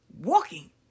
Walking